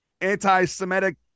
anti-Semitic